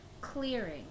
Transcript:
clearing